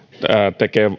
tekevät